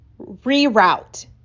reroute